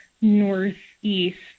northeast